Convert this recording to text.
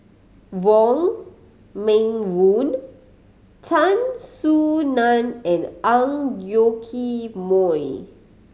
Wong Meng Voon Tan Soo Nan and Ang Yoke Mooi